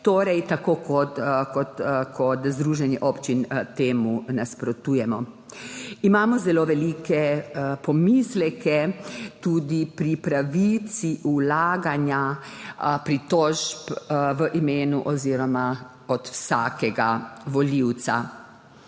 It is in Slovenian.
torej tako kot združenje občin temu nasprotujemo. Imamo zelo velike pomisleke tudi pri pravici vlaganja pritožb v imenu oziroma od vsakega volivca.